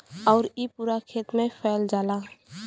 आउर इ पूरा खेत मे फैल जाला